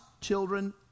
children